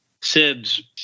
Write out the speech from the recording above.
Sibs